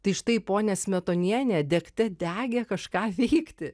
tai štai ponia smetonienė degte degė kažką veikti